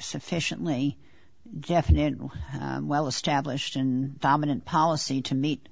sufficiently well established and vomited policy to meet